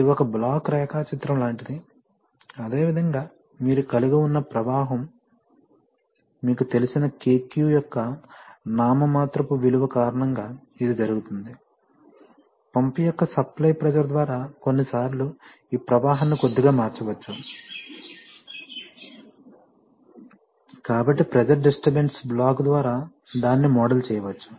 ఇది ఒక బ్లాక్ రేఖాచిత్రం లాంటిది అదేవిధంగా మీరు కలిగి ఉన్న ప్రవాహం మీకు తెలిసిన KQ యొక్క నామమాత్రపు విలువ కారణంగా ఇది జరుగుతుంది పంప్ యొక్క సప్లై ప్రెషర్ ద్వారా కొన్నిసార్లు ఈ ప్రవాహాన్ని కొద్దిగా మార్చవచ్చు కాబట్టి ప్రెజర్ డిస్ట్రబెన్స్ బ్లాక్ ద్వారా దాన్ని మోడల్ చేయవచ్చు